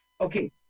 Okay